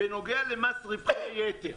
בנוגע למס רווחי יתר,